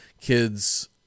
kids